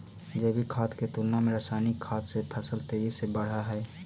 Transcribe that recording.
जैविक खाद के तुलना में रासायनिक खाद से फसल तेजी से बढ़ऽ हइ